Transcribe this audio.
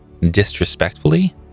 Disrespectfully